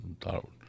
thought